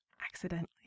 accidentally